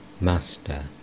Master